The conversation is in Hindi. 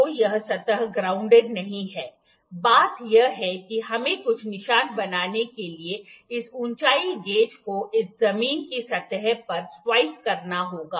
तो यह सतह ग्राउंडेड नहीं है बात यह है कि हमें कुछ निशान बनाने के लिए इस ऊंचाई गेज को इस जमीन की सतह पर स्वाइप करना होगा